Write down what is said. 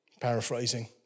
Paraphrasing